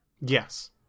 Yes